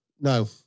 No